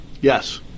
Yes